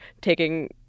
taking